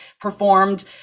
performed